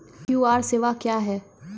QR सेवा क्या हैं?